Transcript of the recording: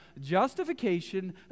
justification